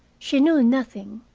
she knew nothing.